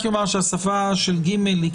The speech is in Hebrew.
רק אומר שהשפה של (ג) היא